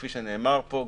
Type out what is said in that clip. כפי שנאמר פה,